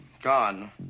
gone